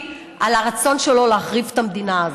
על הרצון שלו להחריב את המדינה הזאת,